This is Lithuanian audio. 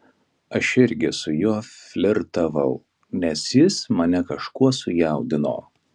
aš irgi su juo flirtavau nes jis mane kažkuo sujaudino